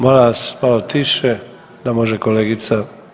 Molim vas, malo tiše da može kolegica.